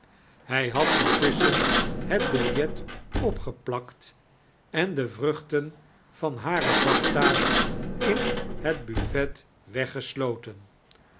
hij had intosschen het biljet opgeplakt en de vruichten van hare dagtaak in het buffet weggeslotem